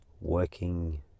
Working